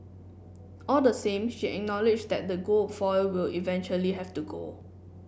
all the same she acknowledged that the gold foil will eventually have to go